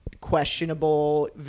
questionable